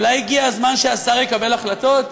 אולי הגיע הזמן שהשר יקבל החלטות?